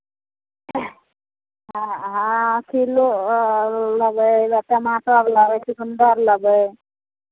हँ किलो लेबै टमाटर लेबै चुकुन्दर लेबै